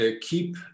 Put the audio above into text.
keep